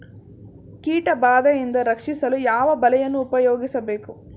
ಕೀಟಬಾದೆಯಿಂದ ರಕ್ಷಿಸಲು ಯಾವ ಬಲೆಯನ್ನು ಉಪಯೋಗಿಸಬೇಕು?